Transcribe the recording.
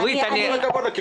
וכל הכבוד לה.